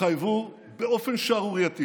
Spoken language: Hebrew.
התחייבו באופן שערורייתי